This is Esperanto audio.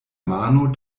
mano